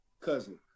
cousin